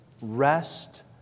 rest